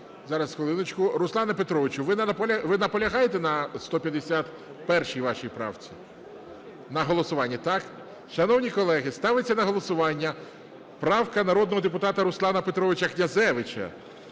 Руслане Петровичу ви наполягаєте на 151 вашій правці, на голосуванні, так? Шановні колеги, ставиться на голосування правка народного депутата Руслана Петровича Князевича.